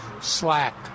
slack